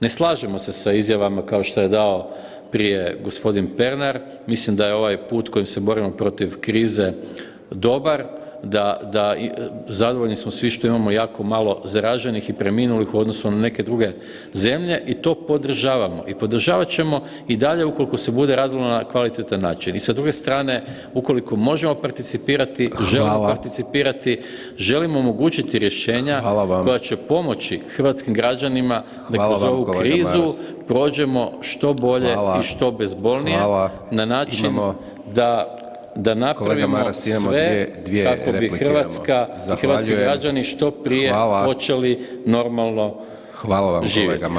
Ne slažemo se sa izjavama kao što je dao prije gospodin Pernar mislim da je ovaj put kojim se borimo protiv krize dobar, da zadovoljni smo svi što imamo jako malo zaraženih i preminulih u odnosu na neke druge zemlje i to podržavamo i podržavat ćemo i dalje ukoliko se bude radilo na kvalitetan način i sa druge strane ukoliko možemo participirati [[Upadica: Hvala]] želimo participirati, želimo omogućiti rješenja koja će pomoći hrvatskim građanima da i kroz ovu krizu prođemo što bolje i što bezbolnije ne način da napravimo sve kako bi hrvatski građani što prije počeli normalno živjeti.